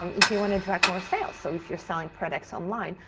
um if you want to drive more sales, so if you're selling products online,